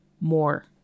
more